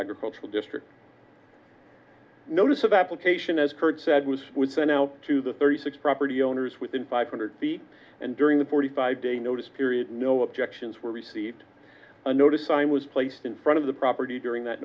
agricultural district notice of application as curt said was sent out to the thirty six property owners within five hundred feet and during the forty five day notice period no objections were received a notice sign was placed in front of the property during that